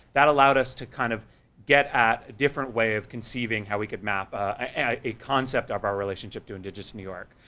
that allowed us to kind of get at a different way of conceiving how we could map ah a concept of our relationship to indigenous new york.